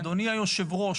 אדוני היו"ר,